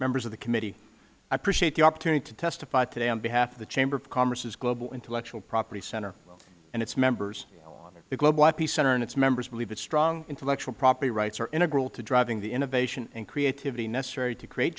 members of the committee i appreciate the opportunity to testify today on behalf of the chamber of commerce global intellectual property center and its members the global ip center and its members believe that strong intellectual property rights are integral to driving the innovation and creativity necessary to create